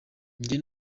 njye